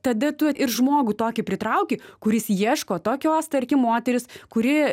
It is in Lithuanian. tada tu ir žmogų tokį pritrauki kuris ieško tokios tarkim moterys kuri